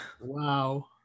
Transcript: Wow